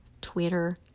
Twitter